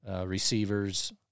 receivers